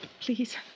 please